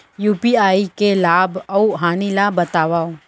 UPI के लाभ अऊ हानि ला बतावव